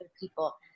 people